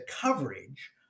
coverage